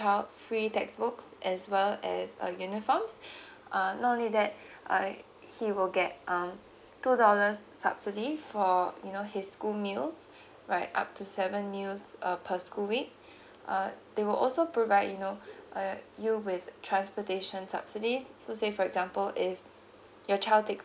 child free textbooks as well as uh uniforms um not only that I he will get um two dollars subsidy for you know his school meals right up to seven meals uh per school week uh they will also provide you know uh you with transportation subsidies so to say for example if your child takes